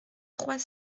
trois